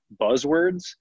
buzzwords